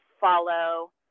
follow